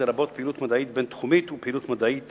לרבות פעילות מדעית בין-תחומית ופעילות מדעית